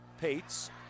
Pates